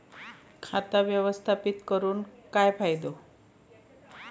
खाता व्यवस्थापित करून काय फायदो?